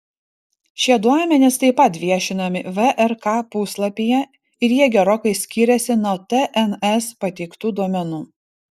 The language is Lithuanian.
šie duomenys taip pat viešinami vrk puslapyje ir jie gerokai skiriasi nuo tns pateiktų duomenų